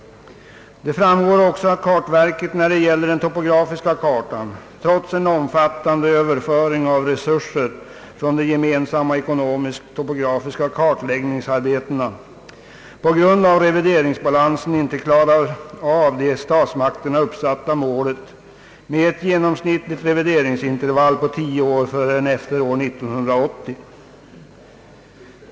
Det framgår också att kartverket när det gäller den topografiska kartan, trots en omfattande överföring av resurser från de gemensamma ekonomisk-topografiska kartläggningsarbetena, på grund av revideringsbalansen inte klarar det av statsmakterna uppsatta målet, ett genomsnittligt revideringsintervall på tio år, förrän efter 1980.